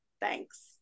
Thanks